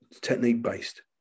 technique-based